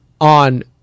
on